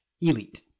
Elite